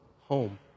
home